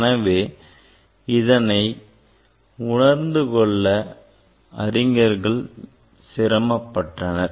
எனவே இதனை உணர்ந்து கொள்ள அறிஞர்கள் சிரமப்பட்டனர்